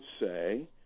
say